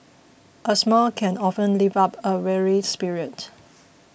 a smile can often lift up a weary spirit